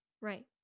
right